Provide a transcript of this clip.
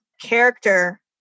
character